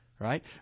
right